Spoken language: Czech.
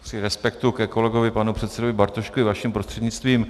Při respektu ke kolegovi panu předsedovi Bartoškovi vaším prostřednictvím.